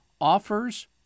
offers